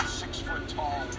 six-foot-tall